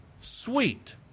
sweet